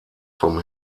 vom